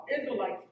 Israelites